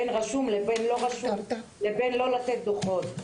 בין רשום לבין לא רשום לבין לא לתת דוחות.